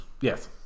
yes